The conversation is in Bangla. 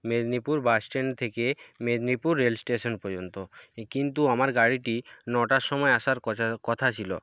মেদিনীপুর বাস স্ট্যাণ্ড থেকে মেদিনীপুর রেল স্টেশন পর্যন্ত কিন্তু আমার গাড়িটি নটার সময় আসার কথা কথা ছিল